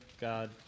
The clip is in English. God